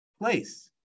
place